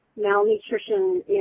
malnutrition